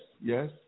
yes